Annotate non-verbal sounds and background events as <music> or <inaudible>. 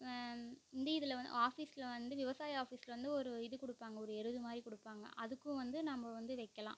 <unintelligible> இதில் வந்து ஆஃபீஸில் வந்து விவசாய ஆஃபீஸில் வந்து ஒரு இது கொடுப்பாங்க ஒரு எருது மாதிரி கொடுப்பாங்க அதுக்கும் வந்து நாம்ப வந்து வைக்கலாம்